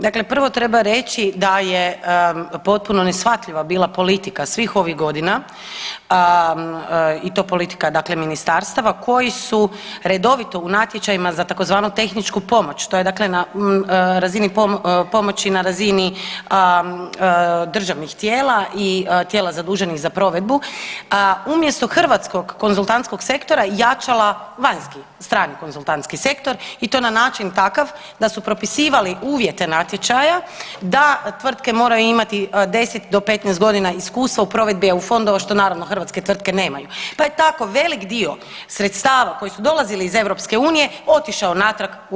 Dakle prvo treba reći da je potpuno neshvatljiva bila politika svih ovih godina i to politika dakle ministarstava koji su redovito u natječajima za tzv. tehničku pomoć, to je dakle na razini pomoći na razini državnih tijela i tijela zaduženih za provedbu, umjesto hrvatskog konzultantskog sektora jačala vanjski, strani konzultantski sektor i to na način takav da su propisivali uvjete natječaja da tvrtke moraju imati 10 do 15.g. iskustva u provedbi EU fondova, što naravno hrvatske tvrtke nemaju, pa je tako velik dio sredstava koji su dolazili iz EU otišao natrag u EU.